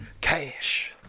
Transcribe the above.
cash